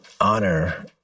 honor